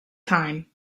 time